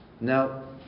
Now